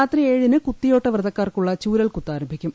രാത്രി ഏഴിന് കുത്തിയോട്ട വ്രതക്കാർക്കുള്ള ചൂരൽകുത്ത് ആരംഭിക്കും